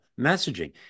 messaging